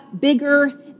bigger